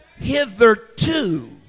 hitherto